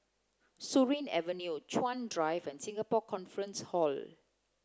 Surin Avenue Chuan Drive and Singapore Conference Hall